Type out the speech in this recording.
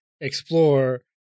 explore